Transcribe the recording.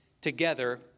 together